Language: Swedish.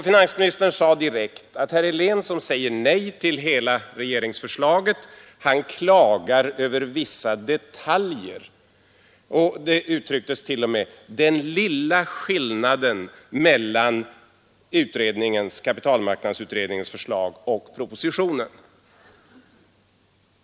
Finansministern sade direkt att herr Helén, som säger nej till hela förslaget, klagar över vissa detaljer — finansministern använde t.o.m. uttrycket ”den lilla skillnaden mellan kapitalmarknadsutredningens förslag och propositionen”.